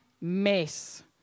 mess